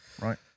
Right